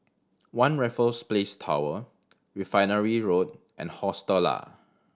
One Raffles Place Tower Refinery Road and Hostel Lah